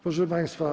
Proszę państwa.